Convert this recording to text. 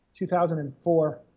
2004